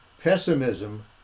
pessimism